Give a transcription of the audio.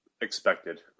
expected